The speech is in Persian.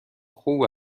خوب